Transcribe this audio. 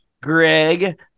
Greg